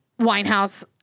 Winehouse